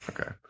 okay